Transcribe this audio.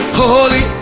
holy